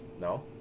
no